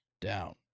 down